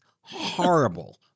horrible